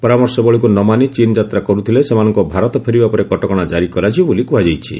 ପରାମର୍ଶବଳୀକୁ ନ ମାନି ଚୀନ ଯାତ୍ରା କରୁଥିଲେ ସେମାନଙ୍କ ଭାରତ ଫେରିବା ଉପରେ କଟକଣା ଜାରି କରାଯିବ ବୋଲି କୁହାଯାଇଛି